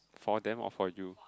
for them or for you